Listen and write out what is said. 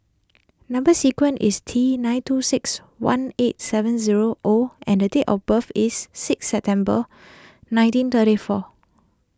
Number Sequence is T nine two six one eight seven zero O and the date of birth is six September nineteen thirty four